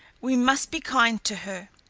we must be kind to her.